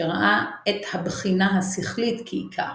שראה את הבחינה השכלית כעיקר.